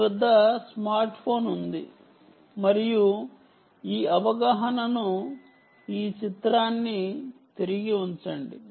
మీ వద్ద smart phone ఉంది మరియు ఈ అవగాహనను ఈ చిత్రాన్ని తిరిగి ఉంచండి